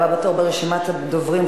הבא בתור ברשימת הדוברים,